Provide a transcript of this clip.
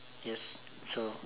yes so